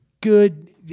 good